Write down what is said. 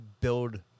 build